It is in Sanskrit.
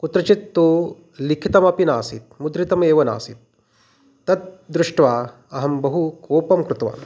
कुत्रचित्तु लिखितमपि नासीत् मुद्रितमेव नासीत् तत् दृष्ट्वा अहं बहु कोपं कृतवान्